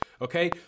okay